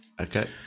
Okay